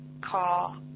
call